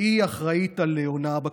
שהיא האחראית להונאה בכשרות.